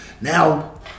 now